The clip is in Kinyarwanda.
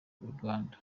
rwanda